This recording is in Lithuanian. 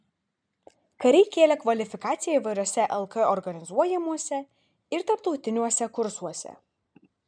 kariai kėlė kvalifikaciją įvairiuose lk organizuojamuose ir tarptautiniuose kursuose